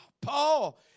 Paul